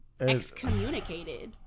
excommunicated